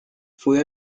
fue